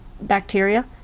bacteria